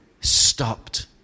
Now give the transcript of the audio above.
stopped